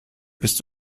bist